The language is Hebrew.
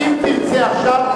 אם תרצה עכשיו,